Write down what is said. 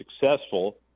successful